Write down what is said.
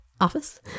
office